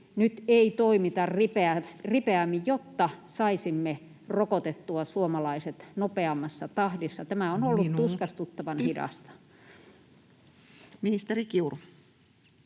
nyt ei toimita ripeämmin, jotta saisimme rokotettua suomalaiset nopeammassa tahdissa. Tämä on ollut tuskastuttavan hidasta. [Speech 85]